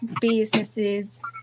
businesses